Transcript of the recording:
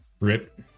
rip